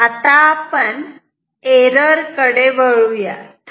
आता आपण एरर कडे वळूयात